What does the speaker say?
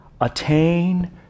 attain